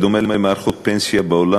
בדומה למערכות פנסיה בעולם,